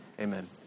Amen